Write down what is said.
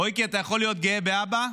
רועיקי, אתה יכול להיות גאה באבא.